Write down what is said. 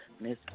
Miss